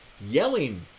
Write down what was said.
yelling